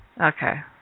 Okay